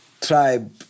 tribe